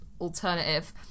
alternative